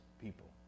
people